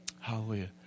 Hallelujah